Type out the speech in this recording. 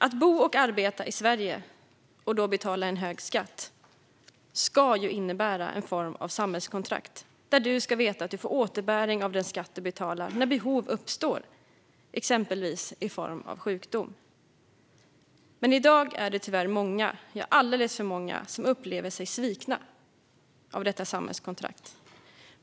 Att bo och arbeta i Sverige och då betala en hög skatt ska innebära en form av samhällskontrakt där man ska veta att man får återbäring av den skatt man betalar när behov uppstår, exempelvis i form av sjukdom. I dag är det tyvärr många - alldeles för många - som upplever sig svikna av detta samhällskontrakt.